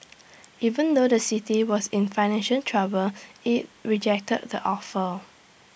even though the city was in financial trouble IT rejected the offer